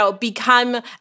become